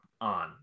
on